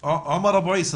ארצה